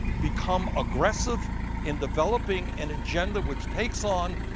become aggressive in developing an agenda which takes on